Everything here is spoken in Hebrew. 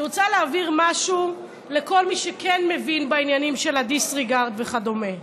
אני רוצה להבהיר משהו לכל מי שכן מבין בעניינים של ה-disregard וכדומה: